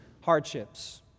hardships